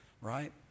right